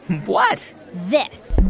what? this